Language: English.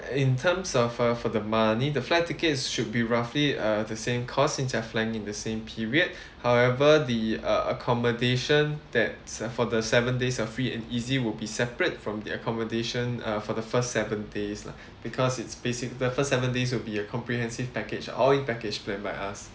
in terms of uh for the money the flight tickets should be roughly uh the same cause since you're flying in the same period however the uh accommodation that's uh for the seven days uh free and easy will be separate from the accommodation uh for the first seven days lah because it's basic the first seven days will be a comprehensive package all in package plan by us